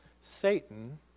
Satan